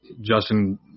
Justin